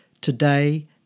today